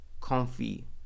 comfy